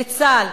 לצה"ל,